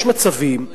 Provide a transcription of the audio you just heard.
יש מצבים,